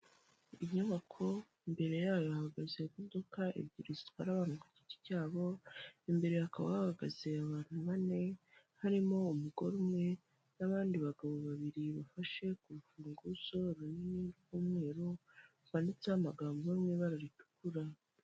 Inyubako imbere yayo hahagaze imodoka ebyiri zitwara abantu ku giti cyabo, imbere hakaba hahagaze abantu bane harimo umugore umwe n'abandi bagabo babiri bafashe ku rufunguzo runini rw'umweru, rwanditseho amagambo yo mu ibara ritukura.